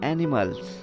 Animals